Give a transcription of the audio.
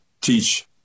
teach